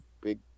Big